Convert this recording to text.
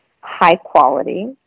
high-quality